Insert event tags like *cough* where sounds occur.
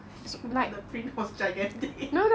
but the print was gigantic *laughs*